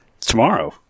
Tomorrow